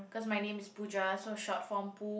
cause my name is Pooja so short form Poo